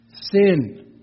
Sin